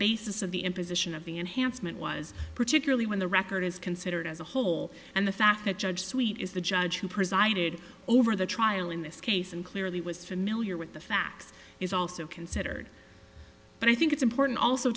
basis of the imposition of the enhancement was particularly when the record is considered as a whole and the fact that judge suite is the judge who presided over the trial in this case and clearly was familiar with the facts is also considered but i think it's important also